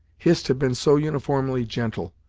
hist had been so uniformly gentle,